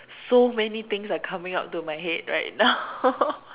so many things are coming out to my head right now